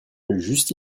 juste